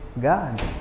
God